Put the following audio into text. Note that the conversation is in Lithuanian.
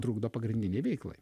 trukdo pagrindinei veiklai